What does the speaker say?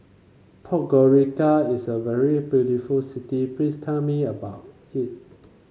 podgorica is a very beautiful city please tell me about it